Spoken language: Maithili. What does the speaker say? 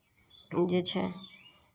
ओ जे छै